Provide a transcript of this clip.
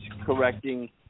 correcting